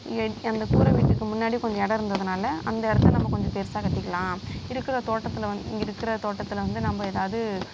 எங்கள் கூரை வீட்டுக்கு முன்னாடி கொஞ்சம் இடம் இருந்ததனால அந்த இடத்துல நம்ம கொஞ்சம் பெருசாக கட்டிக்கலாம் இருக்கிற தோட்டத்தில் இருக்கிற தோட்டத்தில் வந்து நம்ம எதாவது